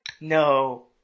no